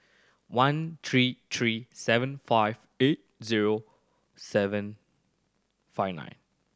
one three three seven five eight zero seven five nine